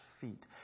feet